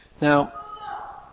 Now